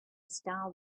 star